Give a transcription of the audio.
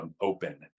Open